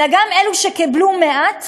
אלא גם אלה שקיבלו מעט